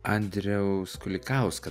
andriaus kulikausko